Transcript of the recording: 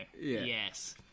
yes